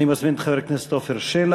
אני מזמין את חבר הכנסת עפר שלח,